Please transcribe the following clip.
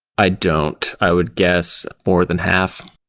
i don't. i would guess more than half.